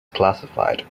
classified